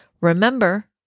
Remember